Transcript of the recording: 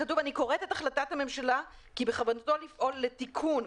אני קוראת את החלטת הממשלה: "כי בכוונתו לפעול לתיקון".